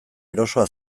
erosoa